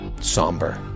somber